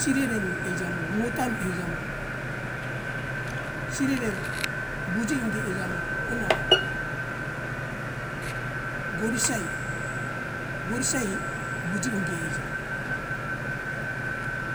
Sireremi eija mo mutami eija mo sirere buji inge eija mo ona godisae godisae buji inge eija